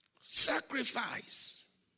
Sacrifice